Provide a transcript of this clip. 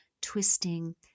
twisting